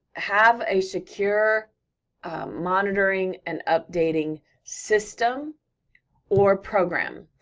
have a secure monitoring and updating system or program.